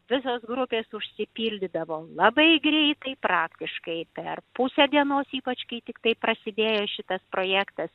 visos grupės užsipildydavo labai greitai praktiškai per pusę dienos ypač kai tiktai prasidėjo šitas projektas